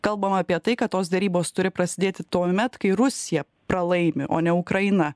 kalbama apie tai kad tos derybos turi prasidėti tuomet kai rusija pralaimi o ne ukraina